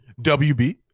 wb